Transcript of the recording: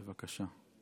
בבקשה.